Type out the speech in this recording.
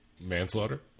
Manslaughter